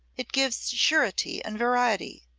it gives surety and variety.